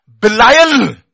Belial